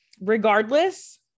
Regardless